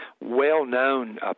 well-known